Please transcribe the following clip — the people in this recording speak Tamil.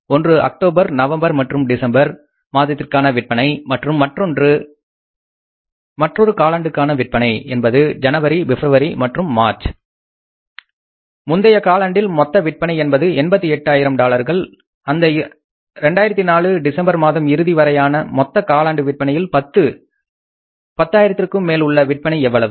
ஒன்று அக்டோபர் நவம்பர் மற்றும் டிசம்பர் மாதத்திற்கான விற்பனை மற்றும் மற்றொரு காலாண்டுக்கான விற்பனை என்பது ஜனவரி பிப்ரவரி மற்றும் மார்ச் முந்தைய காலாண்டில் மொத்த விற்பனை என்பது 88 ஆயிரம் டாலர்கள் அந்த 2004 டிசம்பர் மாதம் இறுதி வரையான மொத்த காலாண்டு விற்பனையில் 10 ஆயிரத்திற்கும் மேல் உள்ள விற்பனை எவ்வளவு